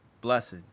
Blessed